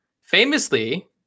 famously